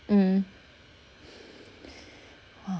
mm